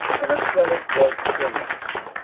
and until it was finished.